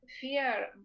fear